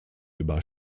über